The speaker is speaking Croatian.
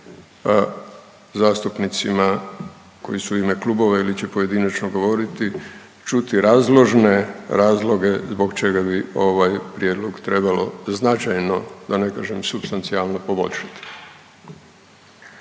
zastupnicima koji su u ime klubova ili će pojedinačno govoriti čuti razložne razloge zbog čega bi ovaj prijedlog trebalo značajno da ne kažem supstancijalno poboljšati.